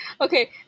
okay